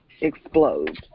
explodes